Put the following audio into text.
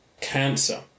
cancer